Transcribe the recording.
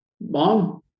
mom